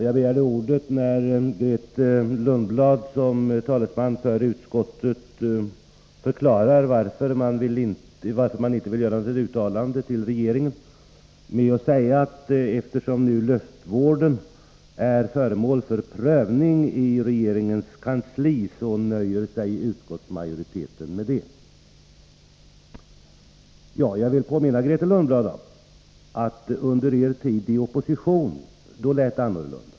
Jag begärde ordet när Grethe Lundblad, som talesman för utskottet, förklarade varför man inte vill göra något uttalande till regeringen med att säga att eftersom luftvården är föremål för prövning av regeringens kansli nöjer sig utskottet med det. Jag vill påminna Grethe Lundblad om att det under er tid i opposition lät annorlunda.